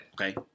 Okay